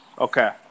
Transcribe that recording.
Okay